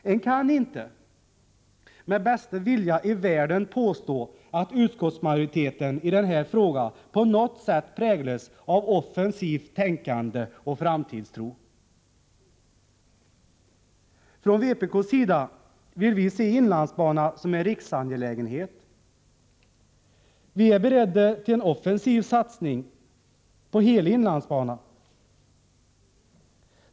Man kan inte med bästa vilja i världen påstå att utskottsmajoriteten i denna fråga på något sätt präglas av offensivt tänkande och framtidstro. Vi i vpk vill se inlandsbanan som en riksangelägenhet. Vi är beredda till en offensiv satsning på hela inlandsbanan.